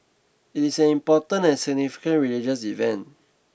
it is an important and significant religious event